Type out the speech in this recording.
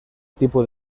tipo